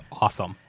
awesome